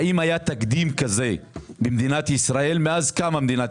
האם היה תקדים כזה במדינת ישראל מאז קמה מדינת